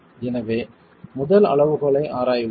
எனவே முதல் அளவுகோலை ஆராய்வோம்